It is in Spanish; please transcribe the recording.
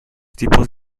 tipos